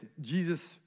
Jesus